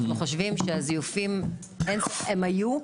אנחנו חושבים שהזיופים היו,